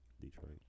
Detroit